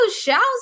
shouts